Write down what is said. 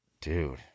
dude